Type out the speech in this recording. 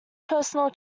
personal